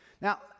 Now